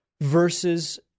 versus